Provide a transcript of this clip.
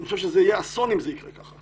אני חושב שזה יהיה אסון אם זה יקרה ככה,